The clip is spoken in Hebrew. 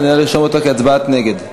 ונא לרשום אותה כהצבעת נגד.